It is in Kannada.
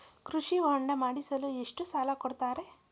ಕೃಷಿ ಹೊಂಡ ಮಾಡಿಸಲು ಎಷ್ಟು ಸಾಲ ಕೊಡ್ತಾರೆ?